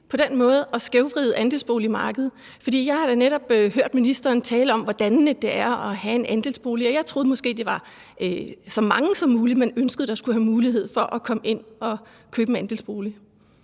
på den måde at skævvride andelsboligmarkedet? For jeg har da netop hørt ministeren tale om, hvor dannende det er at have en andelsbolig. Jeg troede måske, at det var så mange som muligt, man ønskede skulle have mulighed for at komme ind at købe en andelsbolig.